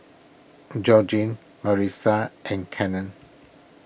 Georgine Marisa and Cannon